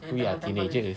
we are teenagers